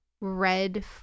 red